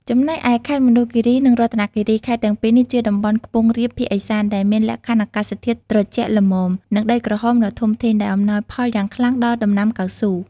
ចំណែកឯខេត្តមណ្ឌលគិរី និងរតនគិរី ខេត្តទាំងពីរនេះជាតំបន់ខ្ពង់រាបភាគឦសាន ដែលមានលក្ខខណ្ឌអាកាសធាតុត្រជាក់ល្មម និងដីក្រហមដ៏ធំធេង ដែលអំណោយផលយ៉ាងខ្លាំងដល់ដំណាំកៅស៊ូ។